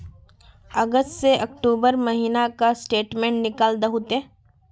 अगस्त से अक्टूबर महीना का स्टेटमेंट निकाल दहु ते?